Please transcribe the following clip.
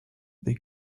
they